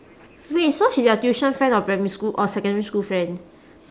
wait so she's your tuition friend or primary school or secondary school friend